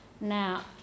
Now